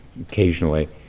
occasionally